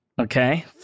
Okay